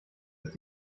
ist